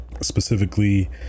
specifically